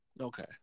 Okay